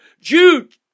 Jude